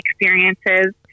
experiences